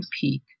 peak